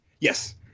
Yes